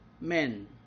men